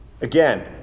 Again